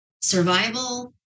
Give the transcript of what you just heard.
survival